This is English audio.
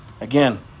again